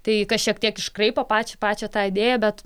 tai kas šiek tiek iškraipo pačią pačią tą idėją bet